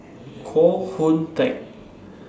Koh Hoon Teck